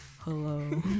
Hello